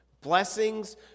blessings